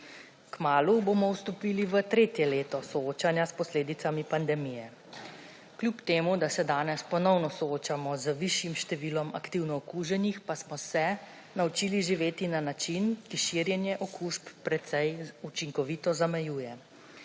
Kmalu bomo vstopili v tretje leto soočanja s posledicami pandemije. Kljub temu, da se danes ponovno soočamo z višjim številom aktivno okuženih, pa smo se naučili živeti na način, ki širjenje okužb precej učinkovito zamejuje.